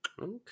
Okay